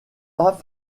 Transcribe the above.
pas